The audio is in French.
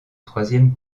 troisième